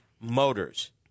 motors